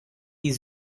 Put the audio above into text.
die